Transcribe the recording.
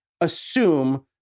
assume